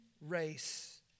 race